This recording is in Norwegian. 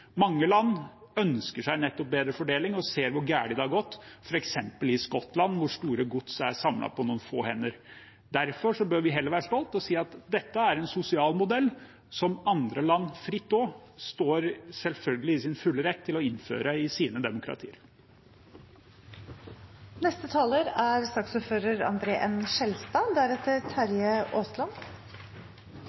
Mange land ønsker seg nettopp bedre fordeling og ser hvor galt det har gått, f.eks. i Skottland, hvor store gods er samlet på noen få hender. Derfor bør vi heller være stolte og si at dette er en sosial modell som andre land selvfølgelig er i sin fulle rett til å innføre i sine demokratier. Jeg tror ikke at representanten Lundteigen er